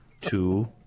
two